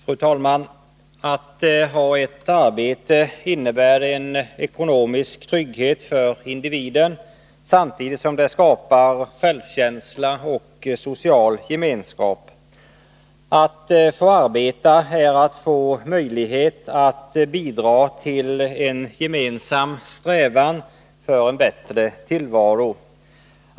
Fru talman! Att ha ett arbete innebär en ekonomisk trygghet för individen samtidigt som det skapar självkänsla och social gemenskap. Att få arbeta är att få möjlighet att bidra till en gemensam strävan för en bättre tillvaro.